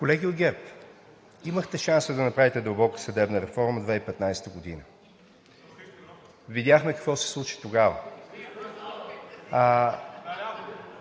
Колеги от ГЕРБ, имахте шанса да направите дълбока съдебна реформа 2015 г. Видяхме какво се случи тогава.